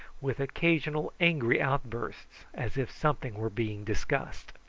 with occasional angry outbursts, as if something were being discussed.